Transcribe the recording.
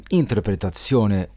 interpretazione